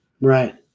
Right